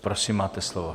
Prosím, máte slovo.